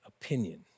opinion